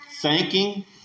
thanking